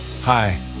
Hi